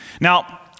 Now